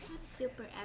Super